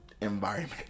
environment